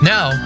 Now